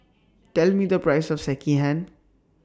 Tell Me The Price of Sekihan